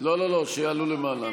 חברות וחברי הכנסת,